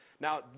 Now